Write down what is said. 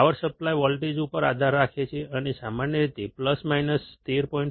power supply voltage ઉપર આધાર રાખે છે અને સામાન્ય રીતે પ્લસ માઇનસ 13